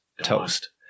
toast